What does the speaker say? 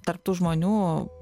tarp tų žmonių